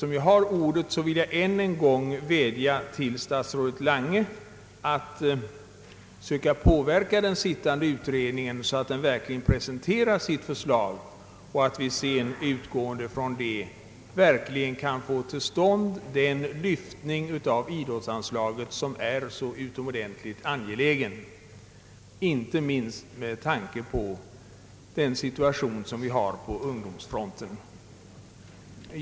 Medan jag har ordet vill jag än en gång vädja till statsrådet Lange att söka påskynda den sittande utredningen, så att vi med utgångspunkt från dess förslag kan få till stånd den lyftning av idrottsanslaget som är så utomordentligt angelägen inte minst med hänsyn till situationen på ungdomsfronten.